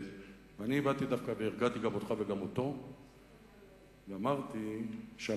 ואני הרגעתי דווקא גם אותך וגם אותו ואמרתי שעל